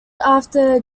after